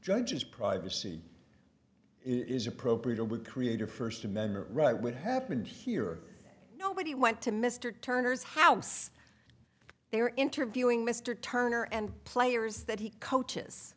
judges privacy is appropriate or would create a first amendment right would happened here nobody went to mr turner's house they were interviewing mr turner and players that he